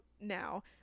now